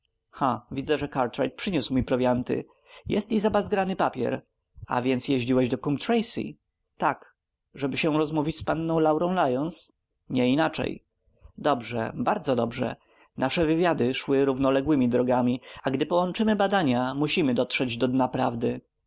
ha widzę że cartwright przyniósł mi prowianty jest i zabazgrany papier a więc jeździłeś do coombe tracey tak żeby się rozmówić z panią laurą lyons nieinaczej dobrze bardzo dobrze nasze wywiady szły równoległymi drogami a gdy połączymy badania musimy dotrzeć do